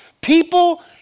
People